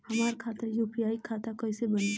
हमार खाता यू.पी.आई खाता कइसे बनी?